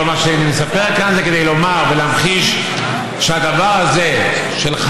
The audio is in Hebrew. מה שאני מספר כאן זה כדי לומר ולהמחיש שהדבר הזה של,